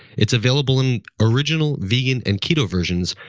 it's available in original, vegan and keto versions,